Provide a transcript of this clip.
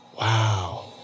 Wow